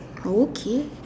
okay